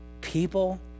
People